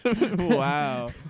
wow